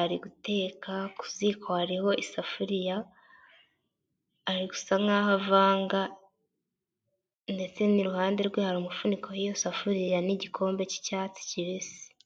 ari guteka ku ziko harihoho isafuriya, ari gusa nkaho avanga ndetse n'iruhande rwe hari umufuniko w'isafuriya n' igikombe cy'icyatsi kibisi.